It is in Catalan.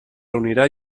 reunirà